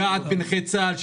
לגעת בנכי צה"ל,